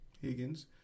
Higgins